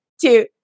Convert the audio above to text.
two